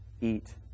eat